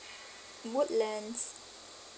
woodlands